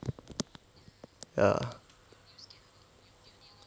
ya